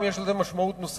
היום יש לכך משמעות נוספת,